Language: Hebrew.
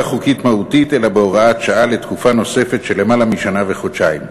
חוקית מהותית אלא בהוראת שעה לתקופה נוספת של למעלה משנה וחודשיים.